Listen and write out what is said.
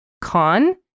Con